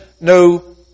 no